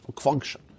function